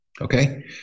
Okay